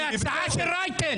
זאת הצעה של רייטן.